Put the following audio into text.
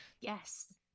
Yes